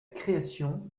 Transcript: création